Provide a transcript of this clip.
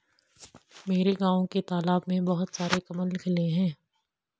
मेरे गांव के तालाब में बहुत सारे कमल खिले होते हैं